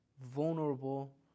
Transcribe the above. vulnerable